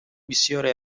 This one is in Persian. بسیاری